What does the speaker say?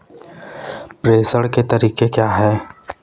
प्रेषण के तरीके क्या हैं?